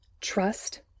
trust